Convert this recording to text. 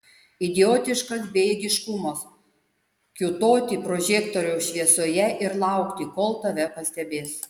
idiotiškas bejėgiškumas kiūtoti prožektoriaus šviesoje ir laukti kol tave pastebės